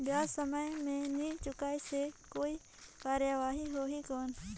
ब्याज समय मे नी चुकाय से कोई कार्रवाही होही कौन?